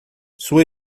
sua